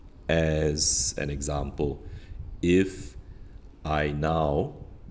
as an example if I now